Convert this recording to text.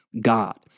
God